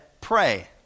pray